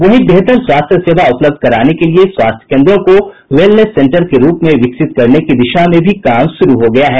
वहीं बेहतर स्वास्थ्य सेवा उपलब्ध कराने के लिए स्वास्थ्य केन्द्रों को वेलनेस सेंटर के रूप में विकसित करने की दिशा में भी काम शुरू हो गया है